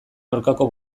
aurkako